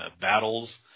battles